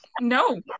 No